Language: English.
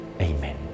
Amen